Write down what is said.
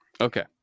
Okay